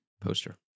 Poster